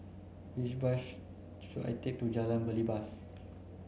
which bus should I take to Jalan Belibas